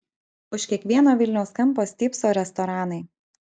už kiekvieno vilniaus kampo stypso restoranai